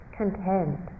content